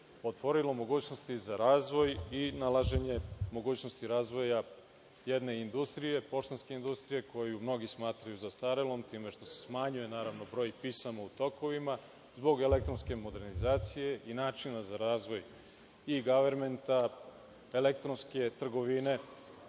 otvorilo mogućnosti za razvoj i nalaženje mogućnosti razvoja jedne industrije, poštanske industrije, koju mnogi smatraju zastarelom time što se smanjuje broj pisama u tokovima, zbog elektronske modernizacije i načina za razvoj i gavermenta, elektronske trgovine